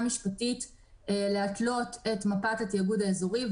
משפטית להתלות את מפת התאגוד האזורי.